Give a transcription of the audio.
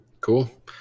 Cool